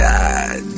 God